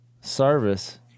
service